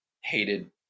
hated